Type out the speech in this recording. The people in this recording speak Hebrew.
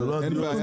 אין בעיה,